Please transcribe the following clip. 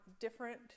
different